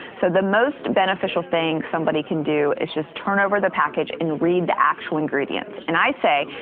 so the most beneficial thing somebody can do is just turn over the package and read the actual ingredients. and i say,